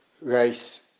race